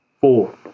Four